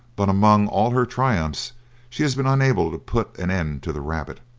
but among all her triumphs she has been unable to put an end to the rabbit.